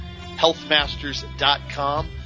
healthmasters.com